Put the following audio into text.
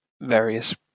various